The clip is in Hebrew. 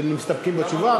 שמסתפקים בתשובה,